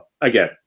again